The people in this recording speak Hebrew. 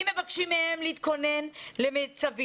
אם מבקשים מהם להתכונן למיצ"בים,